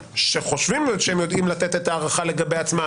שחושבים שהם יודעים לתת את ההערכה לגבי עצמם.